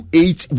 eight